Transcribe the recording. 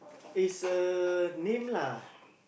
is a name lah